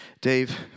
Dave